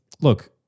look